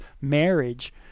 marriage